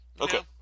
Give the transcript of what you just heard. Okay